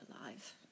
alive